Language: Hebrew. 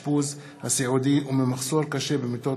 מערך האשפוז הסיעודי וממחסור קשה במיטות